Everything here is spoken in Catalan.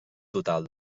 total